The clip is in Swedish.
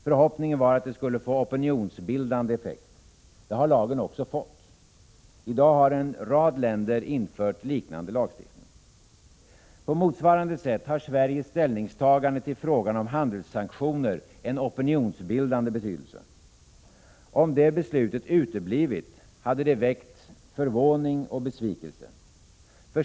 Förhoppningen var att det skulle få opinionsbildande effekt. Det har lagen också fått. I dag har en rad länder infört liknande lagstiftning. På motsvarande sätt har Sveriges ställningstagande till frågan om handelssanktioner en opinionsbildande betydelse. Om det beslutet uteblivit, hade det väckt förvåning och besvikelse.